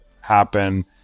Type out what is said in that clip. happen